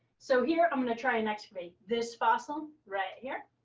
so here, i'm going to try and excavate this fossil right here.